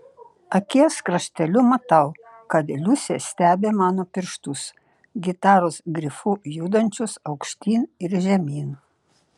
akies krašteliu matau kad liusė stebi mano pirštus gitaros grifu judančius aukštyn ir žemyn